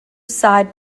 side